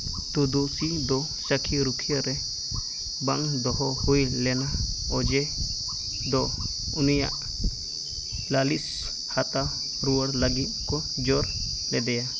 ᱛᱩᱫᱩᱥᱤ ᱫᱚ ᱥᱟᱹᱠᱷᱤ ᱨᱩᱠᱷᱤᱭᱟᱹ ᱨᱮ ᱵᱟᱝ ᱫᱚᱦᱚ ᱦᱩᱭ ᱞᱮᱱᱟ ᱚᱡᱮ ᱫᱚ ᱩᱱᱤᱭᱟᱜ ᱞᱟᱹᱞᱤᱥ ᱦᱟᱛᱟᱣ ᱨᱩᱣᱟᱹᱲ ᱞᱟᱹᱜᱤᱫ ᱠᱚ ᱡᱳᱨ ᱞᱮᱫᱮᱭᱟ